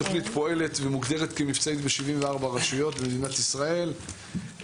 התוכנית פועלת ומוגדרת כמבצעית ב-74 רשויות במדינת ישראל.